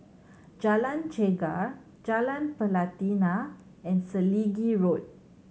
Jalan Chegar Jalan Pelatina and Selegie Road